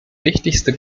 wichtigste